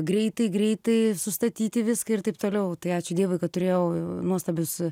greitai greitai sustatyti viską ir taip toliau tai ačiū dievui kad turėjau nuostabius